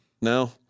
No